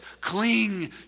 cling